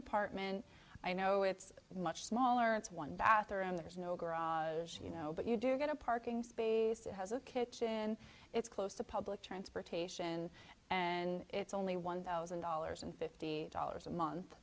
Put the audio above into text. apartment i know it's much smaller it's one bathroom there's no garage you know but you do get a parking space it has a kitchen it's close to public transportation and it's only one thousand dollars and fifty dollars a month